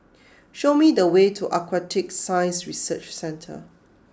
show me the way to Aquatic Science Research Centre